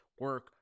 Work